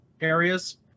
areas